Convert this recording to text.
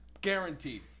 Guaranteed